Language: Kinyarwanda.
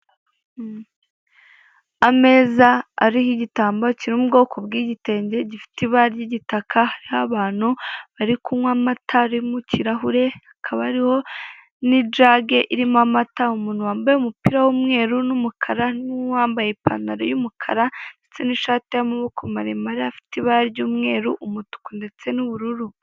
Ameza ariho igitambaro kiri m'ubwoko bw'igitenge gifite ibara ry'igitaka hariho abantu bari kunywa amata ari mu ikirahure hakaba hariho n'ijage irimo amata umuntu wambaye umupira w'umweru n'umukara n'uwambaye ipantaro y'umukara ndetse n'ishati y'amaboko maremare afite ibara ry'umweru, umutuku ndetse n'ubururu.